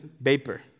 Vapor